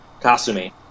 Kasumi